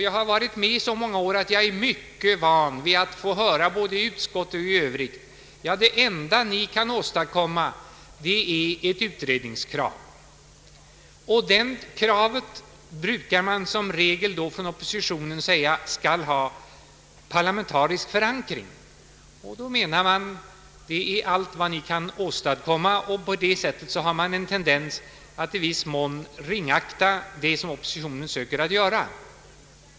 Jag har varit med så många år att jag är van vid att få höra både i utskott och i övrigt: ”Det enda ni kan åstadkomma är ett utredningskrav.” Oppositionen brukar i regel säga sig ha kravet att utredningen skall ha en parlamentarisk förankring. Då sägs det: ”Är det allt ni kan åstadkomma?” På detta sätt blir det en tendens att i viss mån ringakta det som oppositionen söker att göra.